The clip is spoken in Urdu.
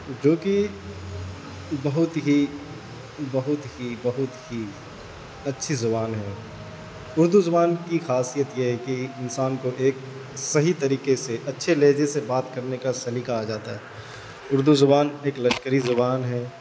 جوکہ بہت ہی بہت ہی بہت ہی اچھی زبان ہے اردو زبان کی خاصیت یہ ہے کہ انسان کو ایک صحیح طریقے سے اچھے لہجے سے بات کرنے کا سلیقہ آ جاتا ہے اردو زبان ایک لشکری زبان ہے